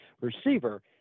receiver